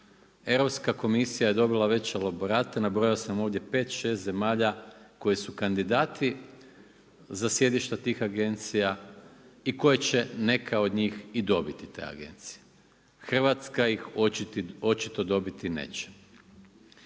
Europska komisija je dobila već elaborate, nabrojao sam ovdje 5, 6 zemalja koji su kandidati za sjedišta tih agencija i koje će neka od njih i dobiti te agencije. Hrvatska ih očito dobiti neće.